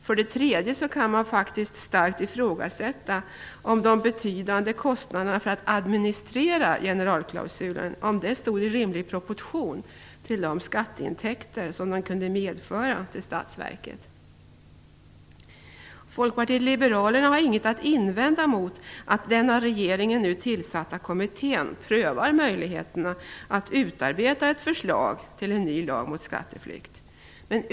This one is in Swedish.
För det tredje kan det faktiskt starkt ifrågasättas om de betydande kostnaderna för att administrera generalklausulen stod i rimlig proportion till de skatteintäkter den kunde medföra för statsverket. Folkpartiet liberalerna har inget att invända mot att den av regeringen nu tillsatta kommittén prövar möjligheterna att utarbeta ett förslag till en ny lag mot skatteflykt.